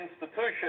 institution